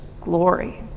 glory